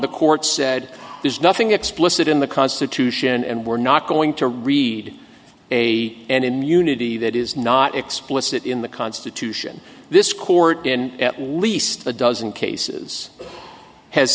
the court said there's nothing explicit in the constitution and we're not going to read a and immunity that is not explicit in the constitution this court in at least a dozen cases has